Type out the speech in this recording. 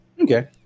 Okay